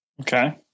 Okay